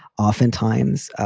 oftentimes,